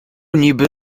niby